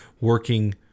working